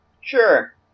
Sure